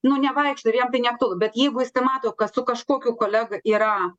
nu nevaikšto ir jam tai neaktualu bet jeigu jisai mato kad su kažkokiu kolega yra